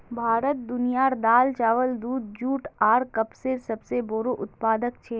भारत दुनियार दाल, चावल, दूध, जुट आर कपसेर सबसे बोड़ो उत्पादक छे